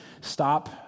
stop